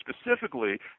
specifically